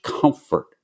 comfort